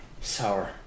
sour